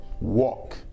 walk